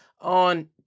on